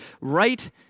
right